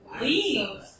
leave